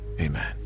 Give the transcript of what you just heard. amen